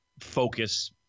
focus